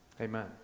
Amen